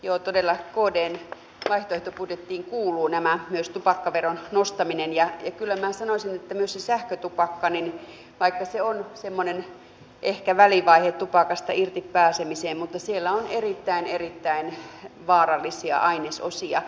joo todella kdn vaihtoehtobudjettiin kuuluvat nämä myös tupakkaveron nostaminen ja kyllä minä sanoisin että myös siinä sähkötupakassa vaikka se on semmoinen ehkä välivaihe tupakasta irtipääsemiseen on erittäin erittäin vaarallisia ainesosia